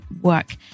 work